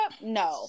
No